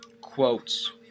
quotes